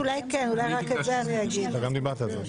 תודה.